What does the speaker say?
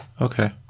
okay